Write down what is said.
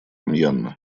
мьянмы